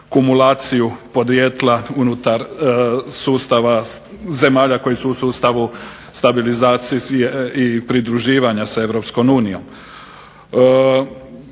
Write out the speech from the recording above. kumulaciju podrijetla unutar sustava zemalja koje su u sustavu stabilizacije i pridruživanja s EU.